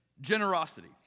generosity